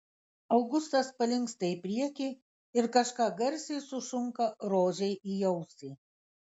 augustas palinksta į priekį ir kažką garsiai sušunka rožei į ausį